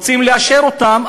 רוצים לאשר אותן,